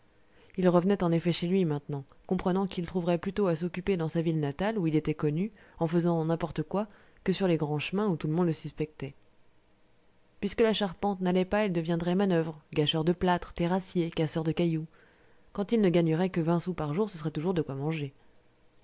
il revenait en effet chez lui maintenant comprenant qu'il trouverait plutôt à s'occuper dans sa ville natale où il était connu en faisant n'importe quoi que sur les grands chemins où tout le monde le suspectait puisque la charpente n'allait pas il deviendrait manoeuvre gâcheur de plâtre terrassier casseur de cailloux quand il ne gagnerait que vingt sous par jour ce serait toujours de quoi manger